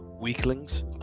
weaklings